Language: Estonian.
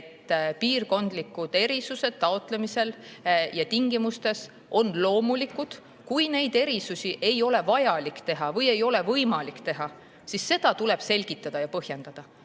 et piirkondlikud erisused raha taotlemisel ja tingimustes on loomulikud. Kui neid erisusi ei ole vaja teha või ei ole võimalik teha, siis seda tuleb selgitada ja põhjendada.